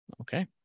Okay